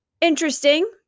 interesting